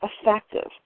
effective